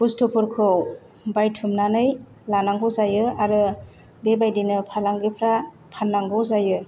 बस्थुफोरखौ बायथुमनानै लानांगौ जायो आरो बेबायदिनो फालांगिफ्रा फाननांगौ जायो